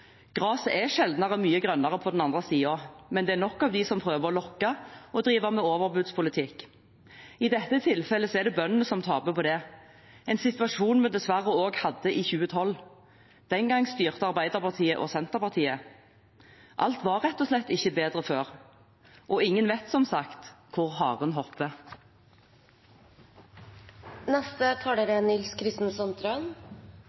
mye grønnere på den andre siden, men det er nok av dem som prøver å lokke og drive med overbudspolitikk. I dette tilfellet er det bøndene som taper på det – en situasjon vi dessverre også hadde i 2012. Den gangen styrte Arbeiderpartiet og Senterpartiet. Alt var rett og slett ikke bedre før, og ingen vet som sagt hvor haren